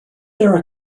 there